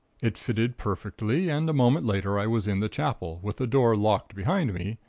it fitted perfectly and a moment later i was in the chapel, with the door locked behind me,